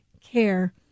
care